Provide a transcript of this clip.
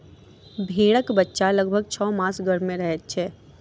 भेंड़क बच्चा लगभग छौ मास गर्भ मे रहैत छै